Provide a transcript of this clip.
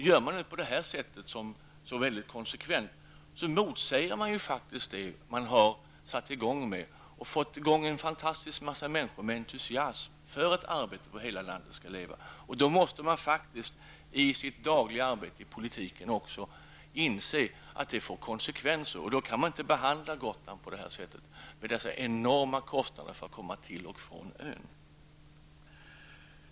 Gör man konsekvent på det här sättet, motsäger man faktiskt det man har satt i gång och som fått en fantastisk massa människor att med entusiasm arbeta på att hela landet skall leva. Då måste man faktiskt i sitt dagliga arbete, i politiken, också inse att det får konsekvenser. Då kan man inte behandla Gotland på det här sättet, med dessa enorma kostnader för att komma till och från ön.